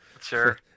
sure